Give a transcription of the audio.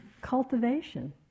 cultivation